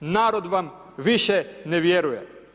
Narod vam više ne vjeruje.